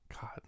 God